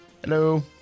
Hello